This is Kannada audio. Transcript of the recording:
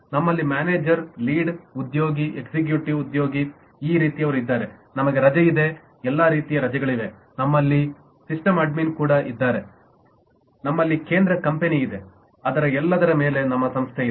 ನಮ್ಮಲ್ಲಿ ಮ್ಯಾನೇಜರ್ ಲೀಡ್ ಉದ್ಯೋಗಿ ಎಕ್ಸಿಕ್ಯೂಟಿವ್ ಉದ್ಯೋಗಿ ಈ ರೀತಿಯವರು ಇದ್ದಾರೆ ನಮಗೆ ರಜೆ ಇದೆ ಮತ್ತು ಎಲ್ಲಾ ರೀತಿಯ ರಜೆಗಳಿವೆ ನಮ್ಮಲ್ಲಿ ಸಿಸ್ ಅಡ್ಮಿನ್ ಕೂಡ ಇದ್ದಾರೆ ಮತ್ತು ನಮ್ಮಲ್ಲಿ ಕೇಂದ್ರ ಕಂಪನಿ ಇದೆ ಅದರ ಎಲ್ಲದರ ಮೇಲೆ ನಮ್ಮಸಂಸ್ಥೆ ಇದೆ